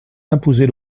imposer